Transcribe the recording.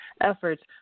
efforts